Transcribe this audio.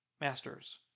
masters